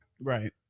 Right